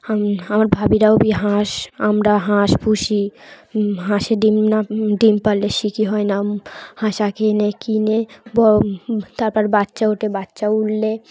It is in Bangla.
আমি আমার ভাবিরাও হাঁস আমরা হাঁস পুষি হাঁসে ডিম না ডিম পালে শিখি হয় না হাঁসা কিনে কিনে তারপর বাচ্চা ওঠে বাচ্চা উঠলে